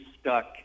stuck